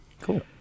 Cool